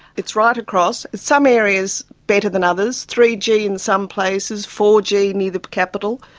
it's right across, some areas better than others, three g in some places, four g near the capital,